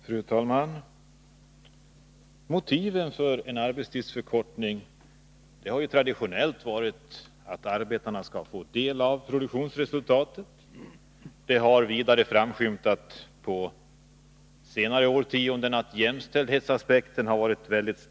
Fru talman! Motivet för en arbetstidsförkortning har traditionellt varit att arbetarna skall få del av produktionsresultatet. Under senare årtionden har vidare jämställdhetsaspekten vägt tungt.